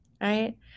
Right